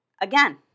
again